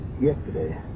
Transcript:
yesterday